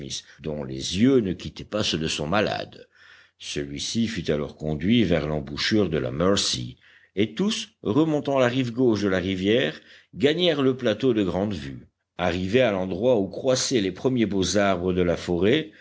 dont les yeux ne quittaient pas ceux de son malade celui-ci fut alors conduit vers l'embouchure de la mercy et tous remontant la rive gauche de la rivière gagnèrent le plateau de grande vue arrivé à l'endroit où croissaient les premiers beaux arbres de la forêt